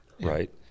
right